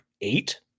eight